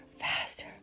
faster